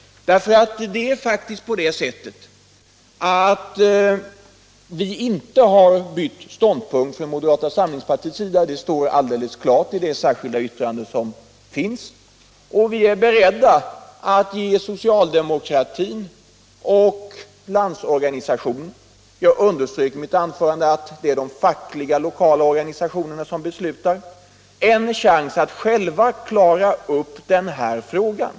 Det är faktiskt på det sättet att vi inte har bytt ståndpunkt i moderata samlingspartiet. Det står alldeles klart i det särskilda yttrandet. Vi är beredda att ge socialdemokratin och Landsorganisationen — jag underströk i mitt anförande att det är de fackliga lokala organisationerna som beslutar — en chans att själva klara upp den här frågan.